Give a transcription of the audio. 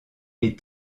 est